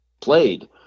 played